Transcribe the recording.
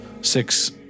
Six